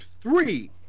three